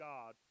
God